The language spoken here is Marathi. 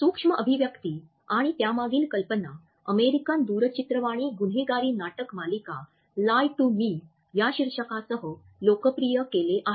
सूक्ष्म अभिव्यक्ती आणि त्यामागील कल्पना अमेरिकन दूरचित्रवाणी गुन्हेगारी नाटक मालिका लाय टू मी या शीर्षकासह लोकप्रिय केले आहे